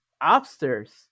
upstairs